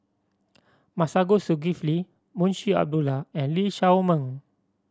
Masagos Zulkifli Munshi Abdullah and Lee Shao Meng